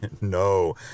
no